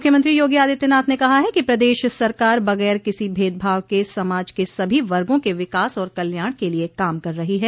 मुख्यमंत्री योगी आदित्यनाथ ने कहा है कि प्रदेश सरकार बगैर किसी भेदभाव के समाज के सभी वर्गो के विकास और कल्याण के लिये काम कर रही है